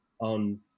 on